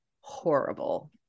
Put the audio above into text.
horrible